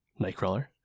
Nightcrawler